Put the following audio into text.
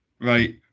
Right